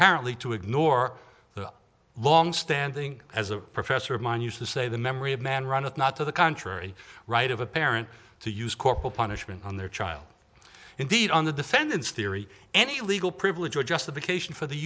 apparently to ignore the longstanding as a professor of mine used to say the memory of man runneth not to the contrary right of a parent to use corporal punishment on their child indeed on the defendant's theory any legal privilege or justification for the